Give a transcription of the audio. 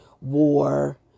war